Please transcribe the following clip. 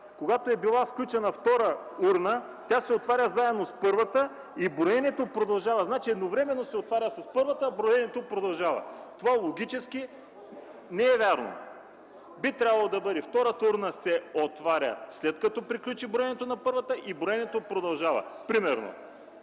когато е била включена втора урна, тя се отваря заедно с първата и броенето продължава. Значи, едновременно се отваря с първата, а броенето продължава. Това по законите на логиката не може да бъде вярно. Би трябвало да бъде, че втората урна се отваря след като приключи броенето на първата и тогава броенето продължава, примерно.